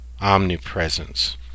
omnipresence